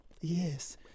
Yes